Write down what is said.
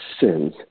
sins